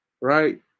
right